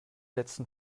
letzten